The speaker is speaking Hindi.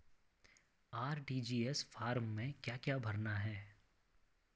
आर.टी.जी.एस फार्म में क्या क्या भरना है?